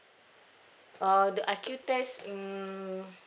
err the I_Q test um